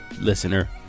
listener